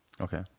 Okay